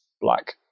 black